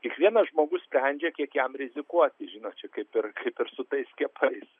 kiekvienas žmogus sprendžia kiek jam rizikuoti žinot kaip ir kaip ir su tais skiepais